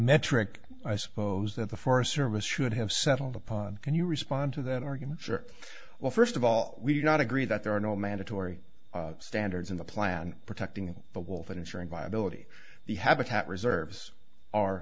metric i suppose that the forest service should have settled upon can you respond to that argument short well first of all we do not agree that there are no mandatory standards in the plan protecting the wolf ensuring viability the habitat reserves are